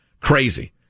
Crazy